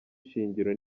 ishingiro